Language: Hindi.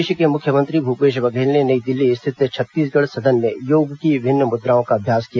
प्रदेश के मुख्यमंत्री भूपेश बघेल ने नई दिल्ली स्थित छत्तीसगढ़ सदन में योग की विभिन्न मुद्राओं का अभ्यास किया